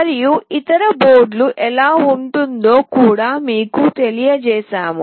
మరియు ఇతర బోర్డు ఎలా ఉంటుందో కూడా మీకు తెలియజేసాము